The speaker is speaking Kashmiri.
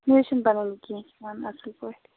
مےٚ حظ چھُنہٕ بنان کیٚبٛہہ کھیٚون اصٕل پٲٹھۍ